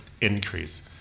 increase